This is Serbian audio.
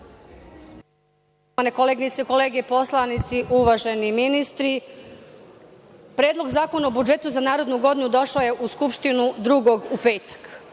Poštovane kolege poslanici, uvaženi ministri, Predlog zakona o budžetu za narednu godinu došao je u Skupštini Drugog u petak.